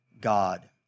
God